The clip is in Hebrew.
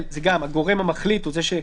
אבדה,